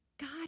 God